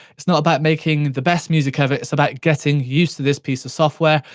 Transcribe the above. it's not about making the best music ever, it's about getting used to this piece of software,